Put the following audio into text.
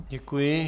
Děkuji.